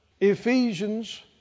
Ephesians